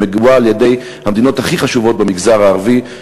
שמגובה על-ידי המדינות הכי חשובות במגזר הערבי,